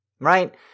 right